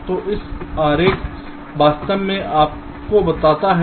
तो यह आरेख वास्तव में आपको बताता है